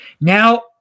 Now